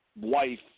wife